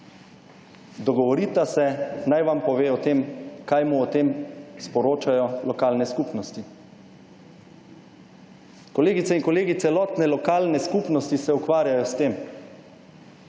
Dogovorita se, naj vam pove o tem, kaj mu o tem sporočajo lokalne skupnosti. Kolegice in kolegi, celotne lokalne skupnosti se ukvarjajo s tem,